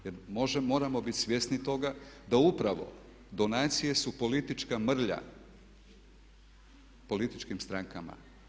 Jer moramo biti svjesni toga da upravo donacije su politička mrlja političkim strankama.